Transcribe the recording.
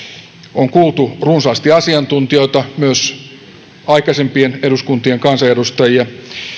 on kuultu runsaasti asiantuntijoita myös aikaisempien eduskuntien kansanedustajia